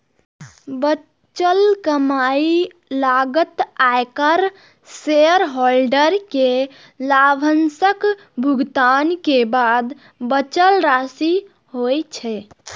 बचल कमाइ लागत, आयकर, शेयरहोल्डर कें लाभांशक भुगतान के बाद बचल राशि होइ छै